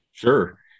Sure